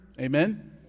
Amen